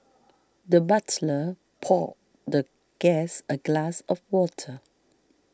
the butler poured the guest a glass of water